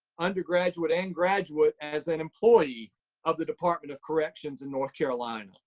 undergraduate and graduate as an employee of the department of corrections and north carolina,